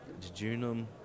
jejunum